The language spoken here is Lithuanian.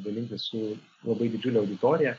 dalintis su labai didžiule auditorija